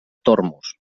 tormos